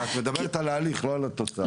את מדברת על ההליך לא על התוצאה.